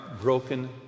broken